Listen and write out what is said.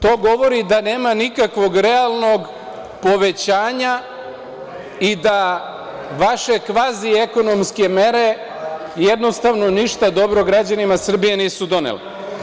To govori da nema nikakvog realnog povećanja i da vaše kvazi ekonomske mere jednostavno ništa dobro građanima Srbije nisu donele.